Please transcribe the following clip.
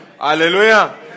Hallelujah